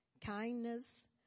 kindness